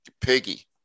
Piggy